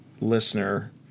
listener